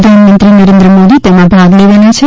પ્રધાનમંત્રી નરેન્દ્ર મોદી તેમાં ભાગ લેવાના છે